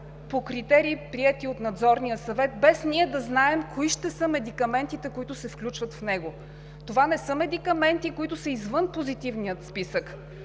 по критерии, приети от Надзорния съвет, без да знаем кои ще са медикаментите, които се включват в него. Това не са медикаменти, които са извън Позитивния списък,